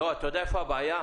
אתה יודע איפה הבעיה?